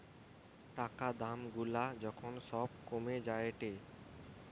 টাকা দাম গুলা যখন সব কমে যায়েটে